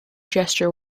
gesture